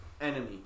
enemy